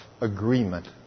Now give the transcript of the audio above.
agreement